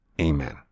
Amen